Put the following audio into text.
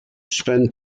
spend